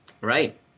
Right